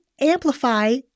amplify